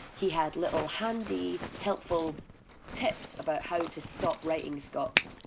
he had little handy helpful tips about how to stop writing scots,